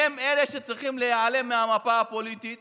הם אלה שצריכים להיעלם מהמפה הפוליטית